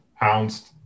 pounced